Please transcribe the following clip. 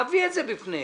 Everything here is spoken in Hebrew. להביא את זה בפניהם.